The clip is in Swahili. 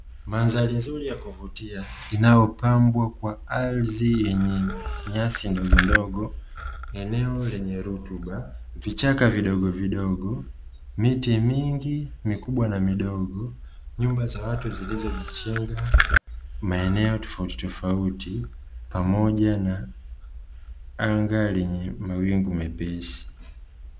Mandhari nzuri ya kuvutia inayopambwa kwa ardhi yenye nyasi ndogondogo, eneo lenye rutuba, vichaka vidogovidogo, miti mingi mikubwa na midogo nyumba za watu zilizojitenga maeneo tofautitofauti pamoja na anga lenye mawingu mepesi.